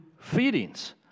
feedings